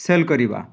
cell କରିବା